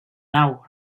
nau